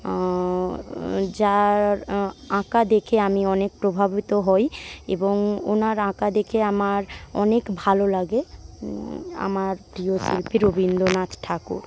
যার আঁকা দেখে আমি অনেক প্রভাবিত হই এবং ওঁর আঁকা দেখে আমার অনেক ভালো লাগে আমার প্রিয় শিল্পী রবীন্দ্রনাথ ঠাকুর